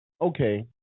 okay